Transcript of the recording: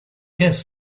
guest